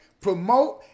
promote